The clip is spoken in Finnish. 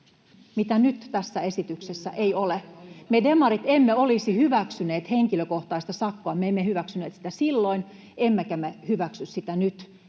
mitä nyt tässä esityksessä ei ole. [Leena Meren välihuuto] Me demarit emme olisi hyväksyneet henkilökohtaista sakkoa. Me emme hyväksyneet sitä silloin, emmekä me hyväksy sitä nyt,